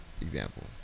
example